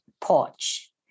porch